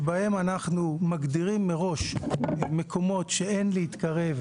שבהם אנחנו מגדירים מראש מקומות שאין להתקרב,